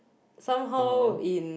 somehow in